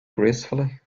gracefully